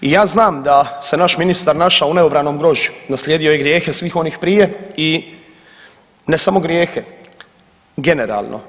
I ja znam da se naš ministar našao u neobranom grožđu, naslijedio je grijehe svih onih prije i ne samo grijehe generalno.